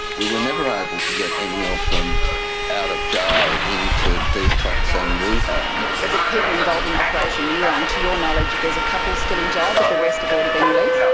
we were never able to get any of them out of jail into detox and rehab. so the people involved in operation eurong, to your knowledge there's a couple still in jail but the rest have already been released?